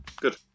Good